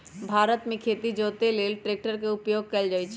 भारत मे खेती जोते लेल ट्रैक्टर के उपयोग कएल जाइ छइ